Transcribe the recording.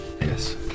Yes